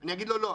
אני אומר לו לא,